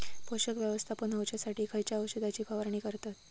पोषक व्यवस्थापन होऊच्यासाठी खयच्या औषधाची फवारणी करतत?